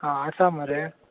आं आसा मरे